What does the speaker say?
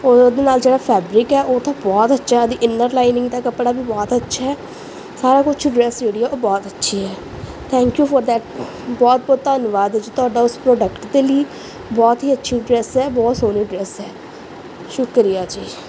ਉਹਦੇ ਨਾਲ ਜਿਹੜਾ ਫੈਬਰਿਕ ਆ ਉਹ ਤਾਂ ਬਹੁਤ ਅੱਛਾ ਉਹਦੀ ਇਨਰ ਲਾਈਨਿੰਗ ਦਾ ਕੱਪੜਾ ਵੀ ਬਹੁਤ ਅੱਛਾ ਸਾਰਾ ਕੁਛ ਡਰੈਸ ਜਿਹੜੀ ਹੈ ਉਹ ਬਹੁਤ ਅੱਛੀ ਹੈ ਥੈਂਕ ਯੂ ਫੋਰ ਦੈਟ ਬਹੁਤ ਬਹੁਤ ਧੰਨਵਾਦ ਜੀ ਤੁਹਾਡਾ ਉਸ ਪ੍ਰੋਡਕਟ ਦੇ ਲਈ ਬਹੁਤ ਹੀ ਅੱਛੀ ਡਰੈਸ ਹੈ ਬਹੁਤ ਸੋਹਣੀ ਡਰੈਸ ਹੈ ਸ਼ੁਕਰੀਆ ਜੀ